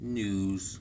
news